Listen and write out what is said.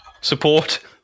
Support